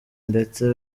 ndetse